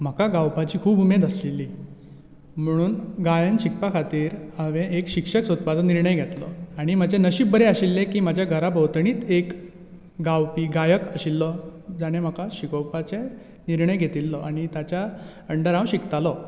म्हाका गावपाची खूब उमेद आशिल्ली म्हणून गायन शिकपा खातीर हांवें एक शिक्षक सोदपाचो निर्णय घेतलो आणी म्हजें नशीब बरें आशिल्लें की म्हज्या घरा भोंवतणीच एक गावपी गायक आशिल्लो जाणें म्हाका शिकोवपाचो निर्णय घेतिल्लो आनी ताच्या अंडर हांव शिकतालो